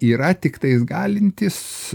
yra tiktais galintys